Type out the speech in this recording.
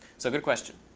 so good question.